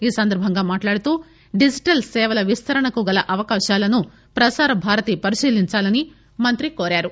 ఈ సందర్బంగా మాట్లాడుతూ డిజిటల్ సేవల విస్తరణకు గల అవకాశాలను ప్రసార భారతీ పరిశీలించాలని మంత్రి కోరారు